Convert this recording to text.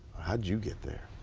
how did you get there.